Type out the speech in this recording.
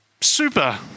Super